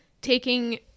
taking